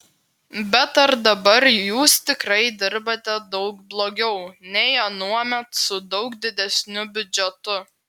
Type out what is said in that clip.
bet ar dabar jūs tikrai dirbate daug blogiau nei anuomet su daug didesniu biudžetu